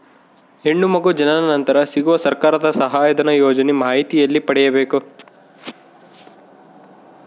ಹೆಣ್ಣು ಮಗು ಜನನ ನಂತರ ಸಿಗುವ ಸರ್ಕಾರದ ಸಹಾಯಧನ ಯೋಜನೆ ಮಾಹಿತಿ ಎಲ್ಲಿ ಪಡೆಯಬೇಕು?